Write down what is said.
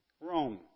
Rome